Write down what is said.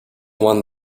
one